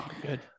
Good